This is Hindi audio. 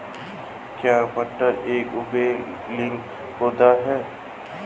क्या मटर एक उभयलिंगी पौधा है?